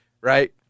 right